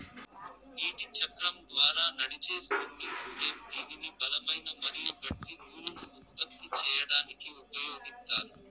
నీటి చక్రం ద్వారా నడిచే స్పిన్నింగ్ ఫ్రేమ్ దీనిని బలమైన మరియు గట్టి నూలును ఉత్పత్తి చేయడానికి ఉపయోగిత్తారు